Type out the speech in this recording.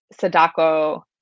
Sadako